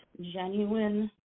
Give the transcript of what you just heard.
genuine